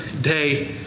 day